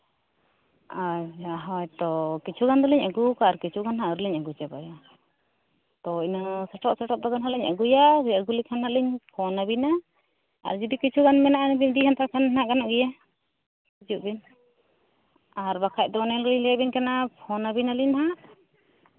ᱟᱨ ᱦᱚᱭᱛᱳ ᱠᱤᱪᱷᱩ ᱜᱟᱱ ᱫᱚᱞᱤᱧ ᱟᱹᱜᱩ ᱠᱟᱜᱼᱟ ᱟᱨ ᱠᱤᱪᱷᱩ ᱜᱟᱱ ᱦᱟᱸᱜ ᱟᱹᱣᱨᱤ ᱞᱤᱧ ᱟᱹᱜᱩ ᱪᱟᱵᱟᱭᱟ ᱛᱳ ᱤᱱᱟᱹ ᱟᱹᱜᱩᱭᱟ ᱟᱹᱜᱩ ᱞᱮᱠᱷᱟᱡ ᱱᱟᱞᱤᱧ ᱯᱷᱳᱱ ᱟᱹᱵᱤᱱᱟ ᱟᱨ ᱡᱩᱫᱤ ᱠᱤᱪᱷᱩ ᱜᱟᱱ ᱢᱮᱱᱟᱜᱼᱟ ᱟᱨ ᱡᱚᱫᱤᱢ ᱤᱫᱤ ᱦᱟᱛᱟᱲ ᱠᱷᱟᱱ ᱜᱟᱱᱚᱜ ᱜᱮᱭᱟ ᱦᱤᱡᱩᱜ ᱵᱤᱱ ᱟᱨ ᱵᱟᱠᱷᱟᱡ ᱫᱚ ᱚᱱᱮ ᱞᱤᱧ ᱞᱟᱹᱭ ᱟᱵᱮᱱ ᱠᱟᱱᱟ ᱯᱷᱳᱱ ᱟᱹᱵᱤᱱ ᱱᱟᱹᱞᱤᱧ ᱦᱟᱸᱜ